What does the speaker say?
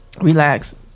Relax